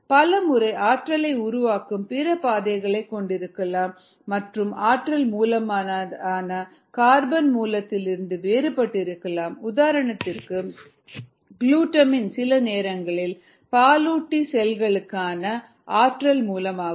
பல முறை ஆற்றலை உருவாக்கும் பிற பாதைகளைக் கொண்டிருக்கலாம் மற்றும் ஆற்றல் மூலமானது கார்பன் மூலத்திலிருந்து வேறுபட்டிருக்கலாம் உதாரணத்திற்கு குளுட்டமைன் சில நேரங்களில் பாலூட்டிகளின் செல் களுக்கான ஆற்றல் மூலமாகும்